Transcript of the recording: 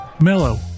Mellow